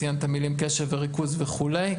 ציינת את המילים קשב וריכוז וכו',